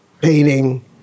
painting